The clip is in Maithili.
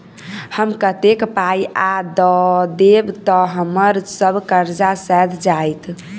हम कतेक पाई आ दऽ देब तऽ हम्मर सब कर्जा सैध जाइत?